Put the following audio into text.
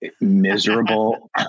miserable